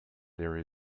there